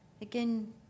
again